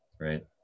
Right